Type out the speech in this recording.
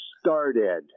started